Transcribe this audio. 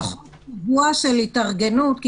זמן התארגנות,